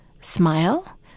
smile